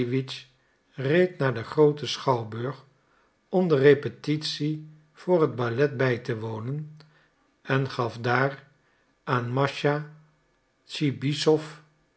reed naar den grooten schouwburg om de repetitie voor het ballet bij te wonen en gaf daar aan mascha